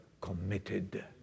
committed